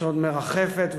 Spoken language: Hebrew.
שעוד מרחפת,